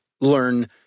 learn